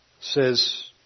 says